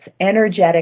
energetic